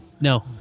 no